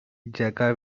jaka